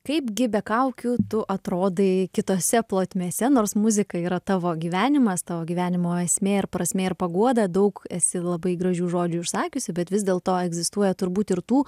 kaipgi be kaukių tu atrodai kitose plotmėse nors muzika yra tavo gyvenimas tavo gyvenimo esmė ir prasmė ir paguoda daug esi labai gražių žodžių išsakiusi bet vis dėlto egzistuoja turbūt ir tų